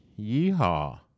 Yeehaw